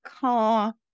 car